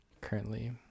currently